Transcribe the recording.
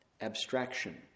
abstraction